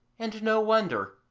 and no wonder,